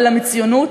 אלא מציונות.